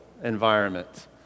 environment